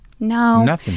No